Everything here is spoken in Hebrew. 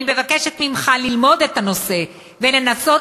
אני מבקשת ממך ללמוד את הנושא ולנסות